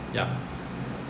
ya